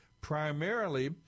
primarily